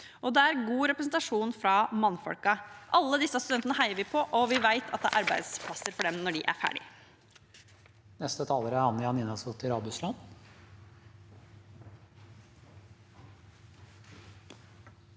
og det er god representasjon av mannfolk. Alle disse studentene heier vi på, og vi vet at det er arbeidsplasser for dem når de er ferdige.